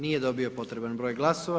Nije dobio potreban broj glasova.